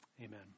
amen